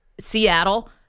Seattle